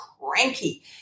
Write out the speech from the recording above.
cranky